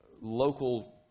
local